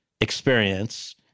experience